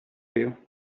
you